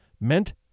meant